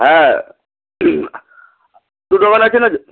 হ্যাঁ আছে না